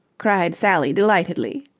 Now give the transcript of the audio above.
cried sally delightedly.